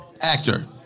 actor